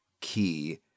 key